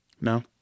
No